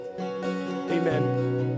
Amen